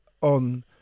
on